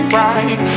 right